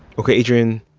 ok, adrian,